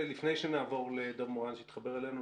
לפני שנעבור לדב מורן שהתחבר אלינו,